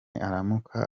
aramuka